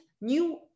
new